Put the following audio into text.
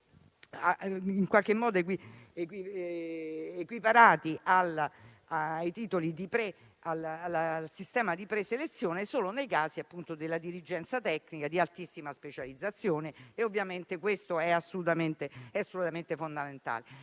in qualche modo equiparati al sistema di preselezione solo nei casi della dirigenza tecnica di altissima specializzazione e ovviamente questo è assolutamente fondamentale.